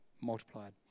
multiplied